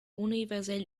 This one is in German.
universell